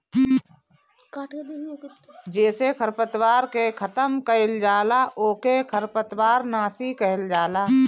जेसे खरपतवार के खतम कइल जाला ओके खरपतवार नाशी कहल जाला